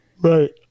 Right